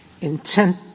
Intent